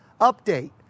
Update